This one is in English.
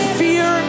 fear